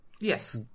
Yes